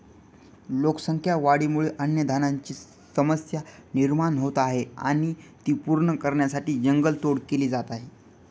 लोकसंख्या वाढीमुळे अन्नधान्याची समस्या निर्माण होत आहे आणि ती पूर्ण करण्यासाठी जंगल तोड केली जात आहे